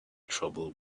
trouble